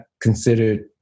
considered